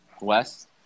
West